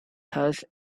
thus